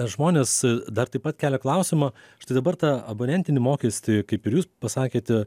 žmonės dar taip pat kelia klausimą štai dabar ta abonentinį mokestį kaip ir jūs pasakėte